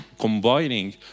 combining